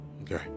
Okay